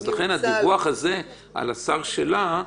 לכן הדיווח הזה לשר שלה,